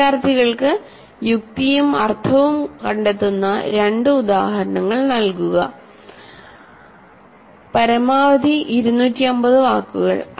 വിദ്യാർത്ഥികൾക്ക് യുക്തിയും അർത്ഥവും കണ്ടെത്തുന്ന രണ്ട് ഉദാഹരണങ്ങൾ നൽകുക പരമാവധി 250 വാക്കുകൾ